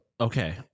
Okay